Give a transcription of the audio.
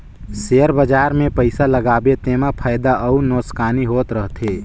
share बजार मे पइसा लगाबे तेमा फएदा अउ नोसकानी होत रहथे